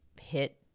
hit